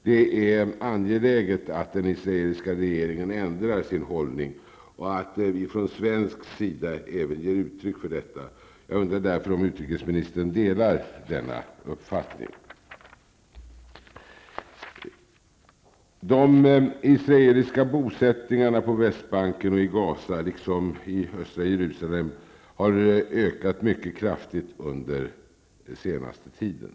Det är angeläget att den israeliska regeringen ändrar sin hållning och att vi från svensk sida även ger uttryck för detta krav. Jag undrar därför om utrikesministern delar denna uppfattning. Gaza liksom i östra Jerusalem har ökat mycket kraftigt under den senaste tiden.